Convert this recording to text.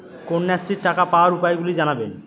কন্যাশ্রীর টাকা পাওয়ার উপায়গুলি জানাবেন?